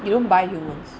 you don't buy humans